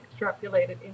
extrapolated